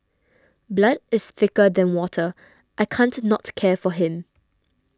blood is thicker than water I can't not care for him